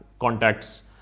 contacts